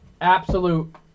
absolute